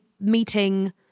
meeting